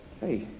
Hey